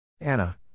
Anna